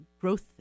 growth